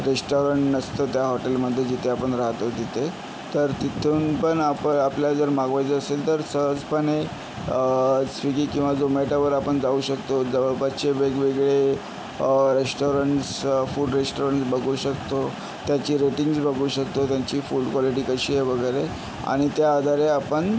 restaurant नसतं त्या हॉटेलमध्ये जिथे आपण राहतो तिथे तर तिथून पण आपण आपल्या जर मागवायचे असेल तर सहजपणे स्विगी किंवा जोमॅटोवर आपण जाऊ शकतो जवळपासचे वेगवेगळे रेस्टारंटस् फूड रेस्टारंटस् बघू शकतो त्याची रेटिंग बघू शकतो त्यांची फूड क्वालिटी कशी आहे वगैरे आणि त्याआधारे आपण